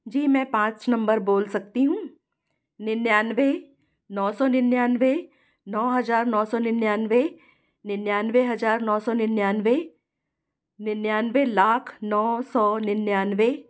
जी मैं पाँच नंबर बोल सकती हूँ निन्यानवे नौ सौ निन्यानवे नौ हजार नौ सौ निन्यानवे निन्यानवे हजार नौ सौ निन्यानवे निन्यानवे लाख नौ सौ निन्यानवे